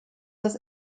das